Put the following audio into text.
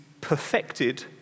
perfected